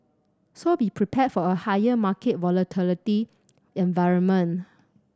so be prepared for a higher market volatility environment